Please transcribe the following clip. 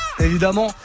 évidemment